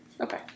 Okay